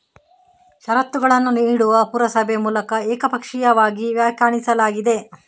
ಷರತ್ತುಗಳನ್ನು ನೀಡುವ ಪುರಸಭೆ ಮೂಲಕ ಏಕಪಕ್ಷೀಯವಾಗಿ ವ್ಯಾಖ್ಯಾನಿಸಲಾಗಿದೆ